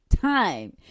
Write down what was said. time